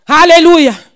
Hallelujah